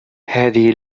هذه